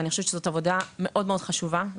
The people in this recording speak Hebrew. וזאת עבודה חשובה מאוד,